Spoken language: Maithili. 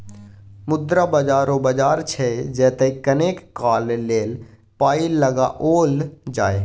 मुद्रा बाजार ओ बाजार छै जतय कनेक काल लेल पाय लगाओल जाय